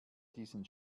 diesen